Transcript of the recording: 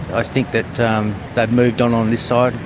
i think that they've moved on on this side.